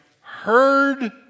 heard